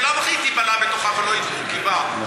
בלאו הכי היא תיבלע בתוכה ולא ידעו כי באה.